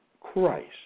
Christ